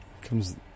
Comes